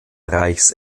reichs